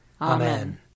Amen